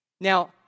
Now